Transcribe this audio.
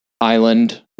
island